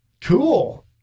Cool